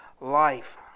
life